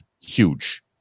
Huge